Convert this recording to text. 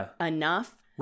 enough